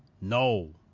no